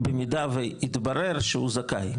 במידה ויתברר שהוא זכאי.